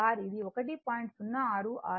2r అది 1